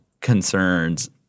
concerns